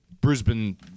Brisbane